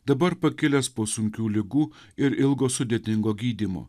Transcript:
dabar pakilęs po sunkių ligų ir ilgo sudėtingo gydymo